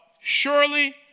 surely